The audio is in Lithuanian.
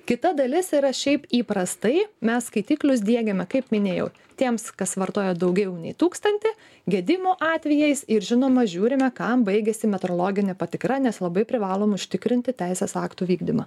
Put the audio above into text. kita dalis yra šiaip įprastai mes skaitiklius diegiame kaip minėjau tiems kas vartoja daugiau nei tūkstantį gedimo atvejais ir žinoma žiūrime kam baigiasi metrologinė patikra nes labai privalom užtikrinti teisės aktų vykdymą